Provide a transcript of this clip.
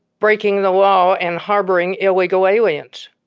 breaking the law and harboring illegal aliens.